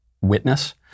Witness